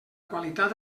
qualitat